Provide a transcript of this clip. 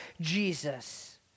Jesus